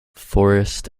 forest